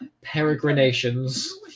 peregrinations